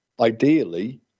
ideally